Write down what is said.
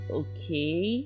okay